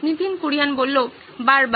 নীতিন কুরিয়ান বারবার